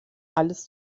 alles